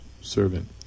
servant